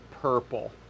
purple